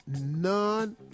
none